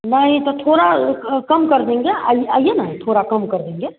नहीं तो थोड़ा कम कर देंगे आइ आइए ना थोड़ा कम कर देंगे